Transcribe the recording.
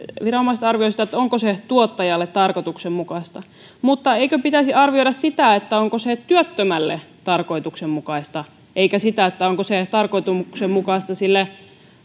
viranomaiset arvioivat sitä onko se tuottajalle tarkoituksenmukaista mutta eikö pitäisi arvioida sitä onko se työttömälle tarkoituksenmukaista eikä sitä onko se tarkoituksenmukaista sille